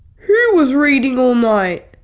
who was reading all night?